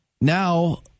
Now